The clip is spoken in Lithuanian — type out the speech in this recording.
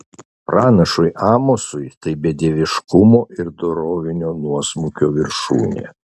pranašui amosui tai bedieviškumo ir dorovinio nuosmukio viršūnė